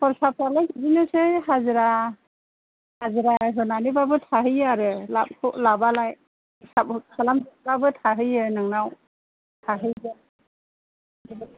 खरसाफ्रालाय बिदिनोसै हाजिरा हाजिरा होनानैबाबो थाहैयो आरो लाबखौ लाबालाय साफा खालामहैबाबो थाहैयो नोंनाव थाहैयो